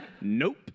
Nope